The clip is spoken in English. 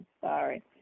Sorry